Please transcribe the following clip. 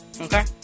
okay